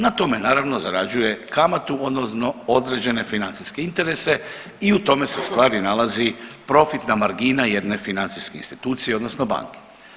Na tome naravno zarađuje kamatu odnosno određene financijske interese i u tome se u stvari nalazi profitna margina jedne financijske institucije odnosno banke.